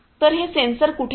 तर हे सेन्सर कुठे आहेत